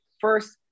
First